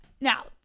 Now